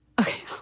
Okay